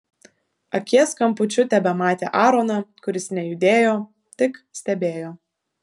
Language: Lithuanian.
akies kampučiu tebematė aaroną kuris nejudėjo tik stebėjo